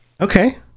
Okay